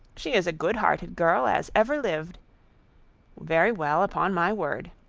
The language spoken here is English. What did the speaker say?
she is a good-hearted girl as ever lived very well upon my word.